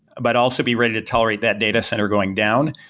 but also be ready to tolerate that data center going down,